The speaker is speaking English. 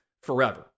forever